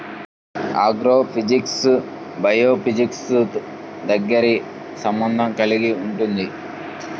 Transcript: agrophysics బయోఫిజిక్స్తో దగ్గరి సంబంధం కలిగి ఉంటుంది